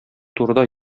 турыда